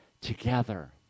together